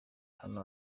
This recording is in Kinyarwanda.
ahantu